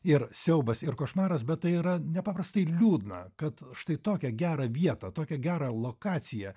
ir siaubas ir košmaras bet tai yra nepaprastai liūdna kad štai tokią gerą vietą tokią gerą lokaciją